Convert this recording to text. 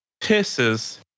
pisses